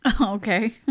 okay